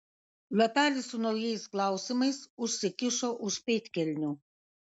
lapelį su naujais klausimais užsikišo už pėdkelnių